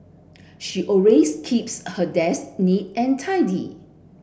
she always keeps her desk neat and tidy